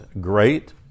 great